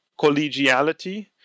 collegiality